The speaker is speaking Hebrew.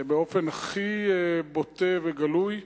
ובאופן הכי בוטה וגלוי.